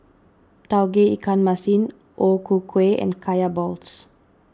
Tauge Ikan Masin O Ku Kueh and Kaya Balls